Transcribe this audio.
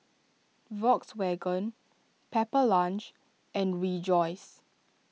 Volkswagen Pepper Lunch and Rejoice